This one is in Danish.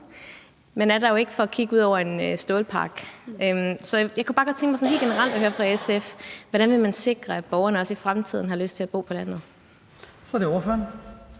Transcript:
Man er der jo ikke for at kigge ud over en stålpark. Så jeg kunne bare godt tænke mig helt generelt at høre fra SF, hvordan man vil sikre, at borgerne også i fremtiden har lyst til at bo på landet. Kl. 18:46 Den